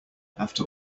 after